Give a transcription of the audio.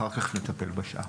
אחר כך נטפל בשאר.